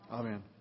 Amen